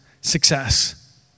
success